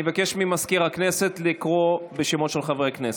אני מבקש ממזכיר הכנסת לקרוא בשמות חברי הכנסת.